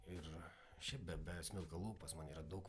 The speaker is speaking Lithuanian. ir šiaip be be smilkalų pas mane yra daug